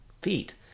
feet